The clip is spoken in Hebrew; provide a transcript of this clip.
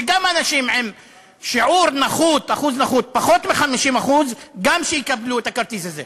שגם אנשים עם שיעור אחוז נכות פחות מ-50% גם הם שיקבלו את הכרטיס הזה.